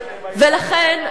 ולכן,